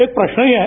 एक प्रश्न ही आहे